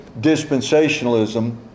dispensationalism